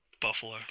buffalo